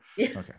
okay